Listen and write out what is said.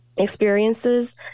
experiences